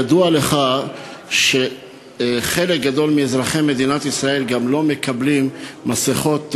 ידוע לך שחלק גדול מאזרחי מדינת ישראל לא מקבלים מסכות אב"כ,